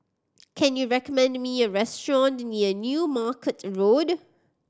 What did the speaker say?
can you recommend me a restaurant near New Market Road